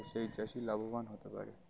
সেই চাষি লাভবান হতে পারে